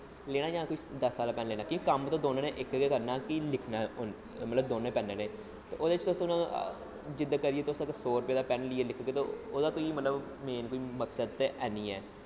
लैना जां दस आह्ला पैन लैना एह् दोनों ने कम्म ते इक गै करना ऐ लिखना ऐ मतलब दोनों पैन ने ओह्दे च अगर तुस जिद्द करियै सौ रपेऽ आह्ले पैन कन्नै लिखगे ते ओह्दा कोई मतलब मेन कोई मक्सद है नेईं ऐ